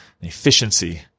efficiency